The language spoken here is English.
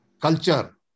culture